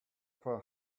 for